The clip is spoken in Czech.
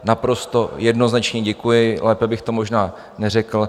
Naprosto jednoznačně děkuji, lépe bych to možná neřekl.